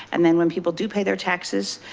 and then when people do pay their taxes,